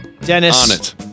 Dennis